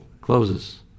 closes